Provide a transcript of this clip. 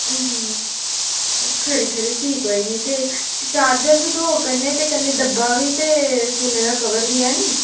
खरी खरी फ्ही कोई निं ते चार्जर बी थ्होग कन्नै ते कन्नै डब्बा बी ते फोनै दा कवर बी ऐनी